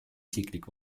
isiklik